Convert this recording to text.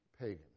pagan